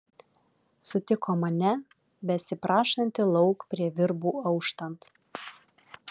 sutiko mane besiprašantį lauk prie virbų auštant